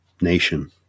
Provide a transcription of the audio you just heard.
nation